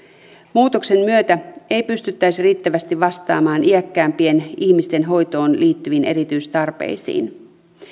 muutoksen myötä ei pystyttäisi riittävästi vastaamaan iäkkäämpien ihmisten hoitoon liittyviin erityistarpeisiin